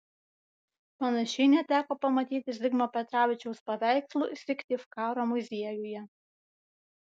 panašiai neteko pamatyti zigmo petravičiaus paveikslų syktyvkaro muziejuje